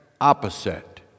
opposite